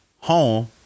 home